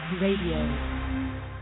radio